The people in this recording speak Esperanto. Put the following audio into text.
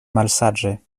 malsaĝe